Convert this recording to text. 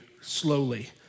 slowly